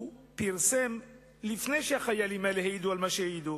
הוא פרסם, לפני שהחיילים האלה העידו על מה שהעידו,